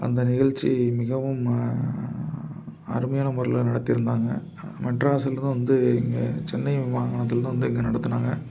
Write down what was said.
அந்த நிகழ்ச்சி மிகவும் அருமையான முறையில நடத்தியிருந்தாங்க மெட்ராஸுலேருந்து வந்து இங்கே சென்னை விமானத்தில் தான் வந்து இங்கே நடத்தினாங்க